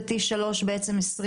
ו-T-3 זה 20 ומעלה.